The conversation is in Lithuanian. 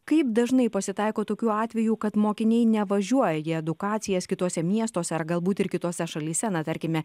kaip dažnai pasitaiko tokių atvejų kad mokiniai nevažiuoja į edukacijas kituose miestuose ar galbūt ir kitose šalyse na tarkime